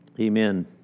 Amen